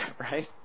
right